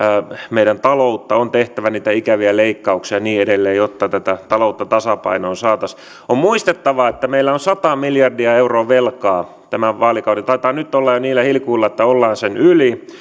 meidän talouttamme on tehtävä niitä ikäviä leikkauksia ja niin edelleen jotta tätä taloutta tasapainoon saataisiin on muistettava että meillä on sata miljardia euroa velkaa tämän vaalikauden taitaa nyt olla jo niillä hilkuilla että ollaan sen yli ja